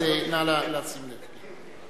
נא לשים לב.